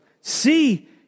See